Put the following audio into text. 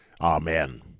Amen